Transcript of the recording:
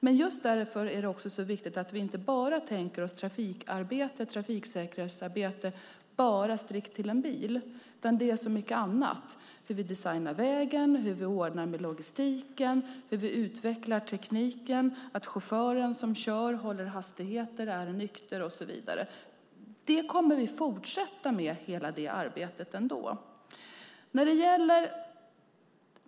Det är därför viktigt att vi inte tänker oss trafiksäkerhetsarbetet gällande endast bilen, utan det finns också mycket annat, till exempel hur vi designar vägen, ordnar med logistiken och utvecklar tekniken, att chauffören som kör håller hastigheten och är nykter och så vidare. Hela det arbetet kommer vi att fortsätta med ändå.